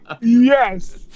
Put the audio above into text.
Yes